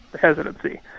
hesitancy